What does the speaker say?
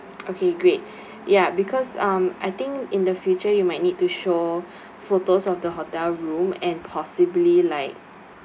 okay great ya because um I think in the future you might need to show photos of the hotel room and possibly like